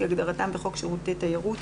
כהגדרתם בחוק שירותי תיירות,